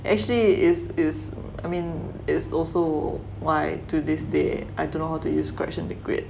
actually is is I mean is also why to this day I dunno how to use correction liquid